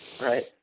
Right